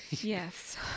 yes